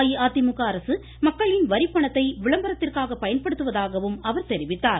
அஇஅதிமுக அரசு மக்களின் வரிப்பணத்தை விளம்பரத்திற்காக பயன்படுத்துவதாகவும் அவர் தெரிவித்தார்